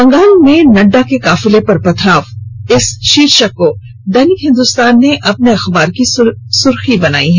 बंगाल में नडडा के काफिले पर पथराव इस भार्शक को दैनिक हिन्दुस्तान ने अपने अखबार की सुर्खी बनाई है